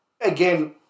again